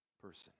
person